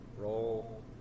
Roll